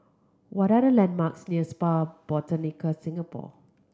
what are the landmarks near Spa Botanica Singapore